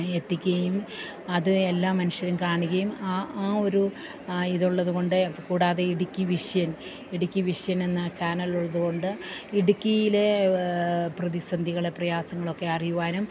എത്തിക്കയും അത് എല്ലാ മനുഷ്യരും കാണുകയും ആ ആ ഒരു ഇതുള്ളത് കൊണ്ട് കൂടാതെ ഇടുക്കി വിഷ്യൻ ഇടുക്കി വിഷ്യൻ എന്ന ചാനൽ ഉള്ളത് കൊണ്ട് ഇടുക്കിയിലെ പ്രതിസന്ധികളെ പ്രയാസങ്ങളൊക്കെ അറിയുവാനും